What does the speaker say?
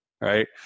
right